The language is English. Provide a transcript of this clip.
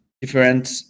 different